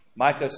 Micah